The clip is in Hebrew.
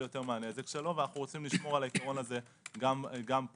יותר מהנזק שלו ואנו רוצים לשמור על העיקרון הזה גם פה.